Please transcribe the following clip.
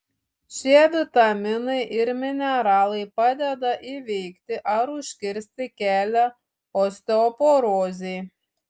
šie vitaminai ir mineralai padeda įveikti ar užkirsti kelią osteoporozei